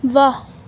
واہ